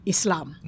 Islam